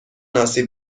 آسیب